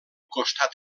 costat